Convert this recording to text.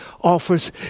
offers